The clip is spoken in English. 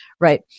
right